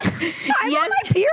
Yes